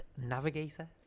Navigator